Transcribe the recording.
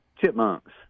chipmunks